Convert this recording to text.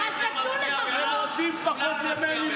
הם רוצים פחות ימי מילואים.